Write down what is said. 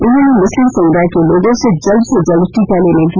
उन्होने मुस्लिम समुदाय के लोगों से जल्द से जल्द टीका लेने की अपील की